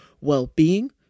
well-being